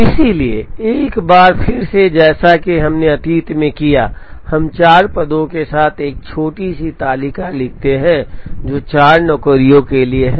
इसलिए एक बार फिर से जैसा कि हमने अतीत में किया है हम 4 पदों के साथ एक छोटी सी तालिका लिखते हैं जो 4 नौकरियों के लिए है